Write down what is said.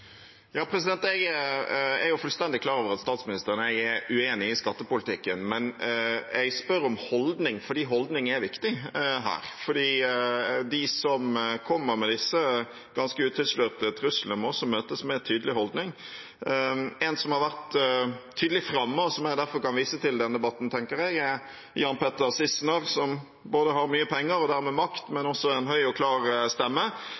Jeg er fullstendig klar over at statsministeren og jeg er uenige om skattepolitikken, men jeg spør om holdning, fordi holdning er viktig her. De som kommer med disse ganske utilslørte truslene, må også møtes med en tydelig holdning. En som har vært tydelig framme, og som jeg derfor kan vise til i denne debatten, tenker jeg, er Jan Petter Sissener, som har mye penger og dermed makt, men også en høy og klar stemme.